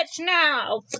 now